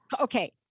okay